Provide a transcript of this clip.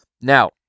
Now